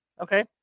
Okay